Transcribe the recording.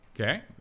okay